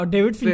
David